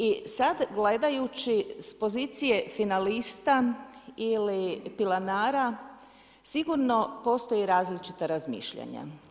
I sad gledajući s pozicije finalista ili pilanama, sigurno postoje različita mišljenja.